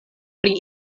pri